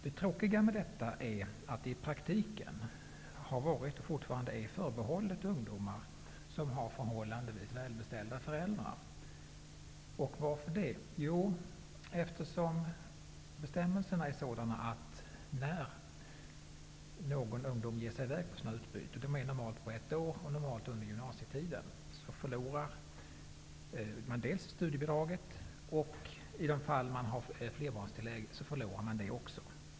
Det tråkiga är att det i praktiken har varit och fortfarande är förbehållet ungdomar som har förhållandevis välbeställda föräldrar. Och vad är anledningen till det? Jo, eftersom bestämmelserna är sådana att när någon ungdom ger sig i väg på ett sådant här utbyte, normalt på ett år under gymnasietiden, förlorar man dels studiebidraget, dels, i de fall som man har flerbarnstillägg, också detta tillägg.